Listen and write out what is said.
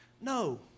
No